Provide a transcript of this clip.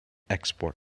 export